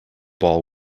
ball